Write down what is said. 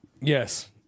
Yes